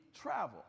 travel